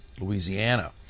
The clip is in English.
Louisiana